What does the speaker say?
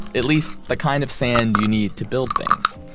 at least the kind of sand you need to build things.